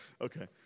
Okay